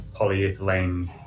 polyethylene